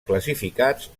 classificats